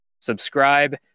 subscribe